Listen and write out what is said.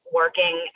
working